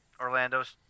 Orlando's